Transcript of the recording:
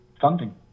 funding